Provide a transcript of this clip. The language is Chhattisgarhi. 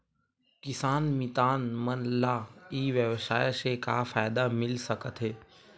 किसान मितान मन ला ई व्यवसाय से का फ़ायदा मिल सकथे?